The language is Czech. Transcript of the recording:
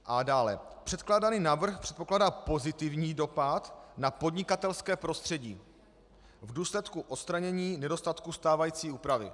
A dále: Předkládaný návrh předpokládá pozitivní dopad na podnikatelské prostředí v důsledku odstranění nedostatků stávající úpravy.